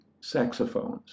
saxophones